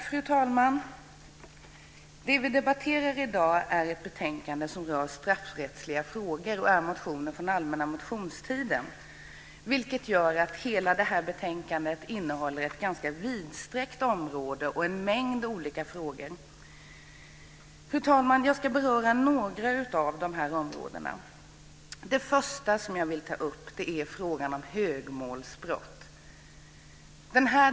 Fru talman! Det vi debatterar i dag är ett betänkande om straffrättsliga frågor som grundas på motioner från allmänna motionstiden. Det gör att betänkandet täcker ett ganska vidsträckt område och en mängd olika frågor. Fru talman! Jag ska beröra några av dessa områden. Det första jag vill ta upp är frågan om högmålsbrott.